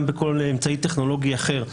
גם בכל אמצעי טכנולוגי אחר.